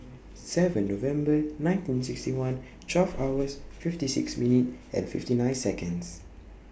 seven November nineteen sixty one twelve hours fifty six minutes and fifty nine Seconds